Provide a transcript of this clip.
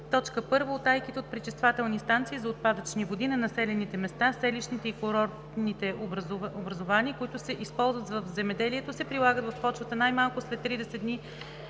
1. утайките от пречиствателни станции за отпадъчни води на населените места, селищните и курортните образувания, които се използват в земеделието, се прилагат в почвата най-малко след 30 дни